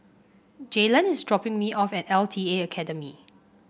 Jalon is dropping me off at L T A Academy